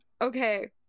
Okay